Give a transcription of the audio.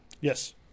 Yes